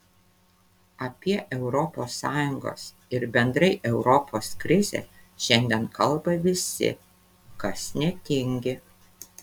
apie europos sąjungos ir bendrai europos krizę šiandien kalba visi kas netingi